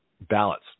ballots